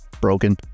broken